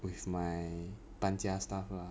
with my 搬家 stuff lah